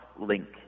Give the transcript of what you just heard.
link